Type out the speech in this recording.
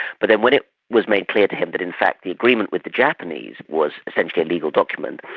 but then when it was made clear to him that in fact the agreement with the japanese was essentially a legal document,